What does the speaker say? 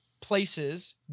places